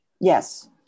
Yes